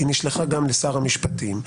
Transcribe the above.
היא נשלחה גם לשר המשפטים,